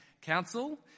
council